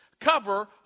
cover